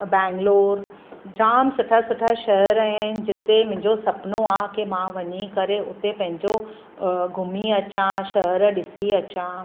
बैंगलोर जामु सुठा सुठा शहर आहिनि जिते मुंहिंजो सुपिनो आहे की मां वञी करे उते पंहिंजो घुमी अचां शहरु ॾिसी अचां